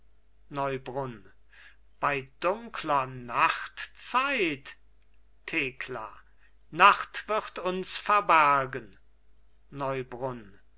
neubrunn bei dunkler nachtzeit thekla nacht wird uns verbergen neubrunn